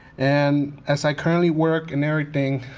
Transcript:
and as i currently work and everything,